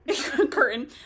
curtain